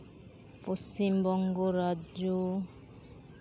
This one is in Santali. ᱯᱚᱪᱷᱤᱢ ᱵᱚᱝᱜᱚ ᱨᱟᱡᱽᱡᱚ